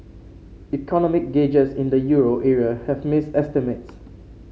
economic gauges in the euro area have missed estimates